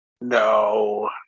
No